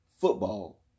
football